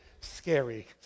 scary